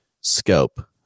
scope